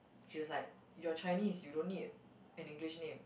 she was like you're Chinese you don't need an English name